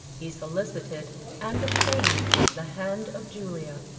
he solicited and obtained the hand of julia.